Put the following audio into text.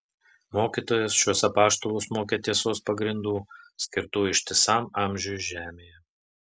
mokytojas šiuos apaštalus mokė tiesos pagrindų skirtų ištisam amžiui žemėje